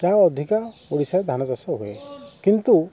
ଅଧିକା ଓଡ଼ିଶା ଧାନ ଚାଷ ହୁଏ କିନ୍ତୁ